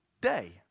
day